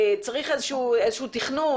צריך איזה שהוא תכנון,